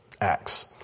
Acts